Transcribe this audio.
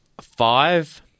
five